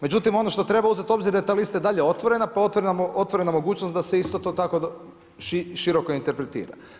Međutim, ono što treba uzeti u obzir je da je ta lista i dalje otvorena, pa je otvorena mogućnost da isto to tako široko interpretira.